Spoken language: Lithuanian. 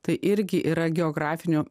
tai irgi yra geografinio